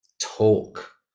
talk